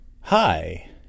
hi